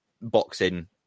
boxing